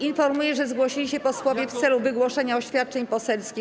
Informuję, że zgłosili się posłowie w celu wygłoszenia oświadczeń poselskich.